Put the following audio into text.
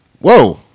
whoa